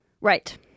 right